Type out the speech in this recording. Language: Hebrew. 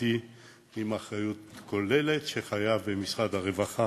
ממשלתי עם אחריות כוללת, שחייב במשרד הרווחה